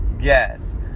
Yes